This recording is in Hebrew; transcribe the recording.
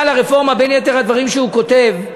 בין יתר הדברים הוא כותב: